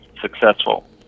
successful